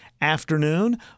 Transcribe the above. afternoon